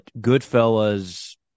Goodfellas